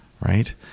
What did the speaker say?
Right